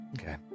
Okay